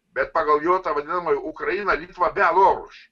bet pagal jo tą vadinamąjį ukraina litva bialorus